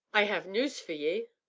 i have noos for ye.